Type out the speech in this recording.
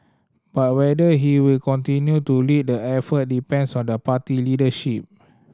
but whether he will continue to lead the effort depends on the party leadership